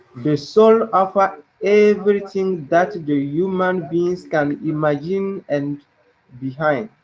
the soul offer everything that the human being can imagine and behind.